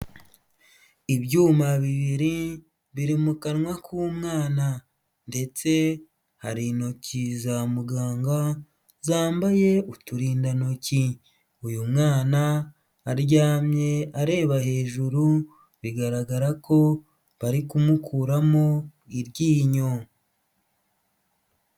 Ibyuma bibiri biri mu kanwa k'umwana ndetse hari intoki za muganga zambaye uturindantoki, uyu mwana aryamye areba hejuru bigaragara ko bari kumukuramo iryinyo.